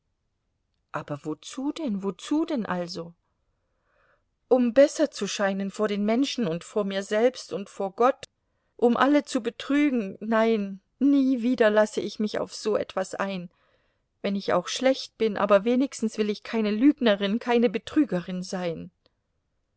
aber wozu denn wozu denn also um besser zu scheinen vor den menschen und vor mir selbst und vor gott um alle zu betrügen nein nie wieder lasse ich mich auf so etwas ein wenn ich auch schlecht bin aber wenigstens will ich keine lügnerin keine betrügerin sein